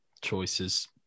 choices